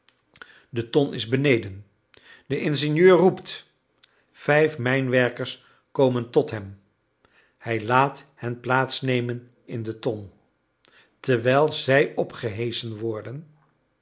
de ton is beneden de ingenieur roept vijf mijnwerkers komen tot hem hij laat hen plaats nemen in de ton terwijl zij opgeheschen worden